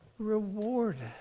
rewarded